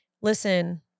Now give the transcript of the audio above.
listen